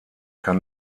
kann